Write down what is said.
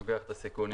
אני לוקח את הסיכונים.